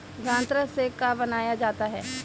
गान्ना से का बनाया जाता है?